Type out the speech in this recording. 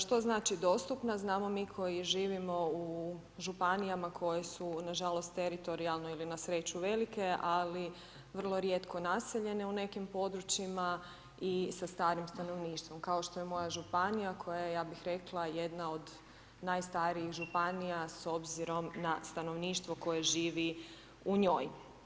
Što znači dostupna znamo mi koji živimo u županijama koje nažalost teritorijalno ili na sreću velike ali vrlo rijetko naseljene u nekim područjima i sa starim stanovništvom kao što je moja županija koja je, ja bih rekla, jedna od najstarijih županija s obzirom na stanovništvo koje živi u njoj.